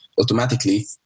automatically